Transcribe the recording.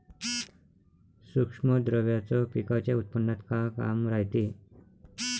सूक्ष्म द्रव्याचं पिकाच्या उत्पन्नात का काम रायते?